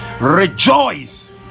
rejoice